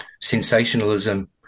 sensationalism